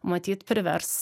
matyt privers